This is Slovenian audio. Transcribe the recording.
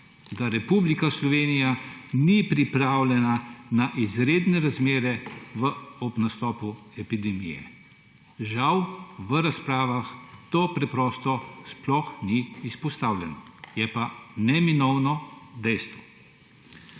da Republika Slovenija ni pripravljena na izredne razmere ob nastopu epidemije. Žal v razpravah to preprosto sploh ni izpostavljeno, je pa neizbežno dejstvo.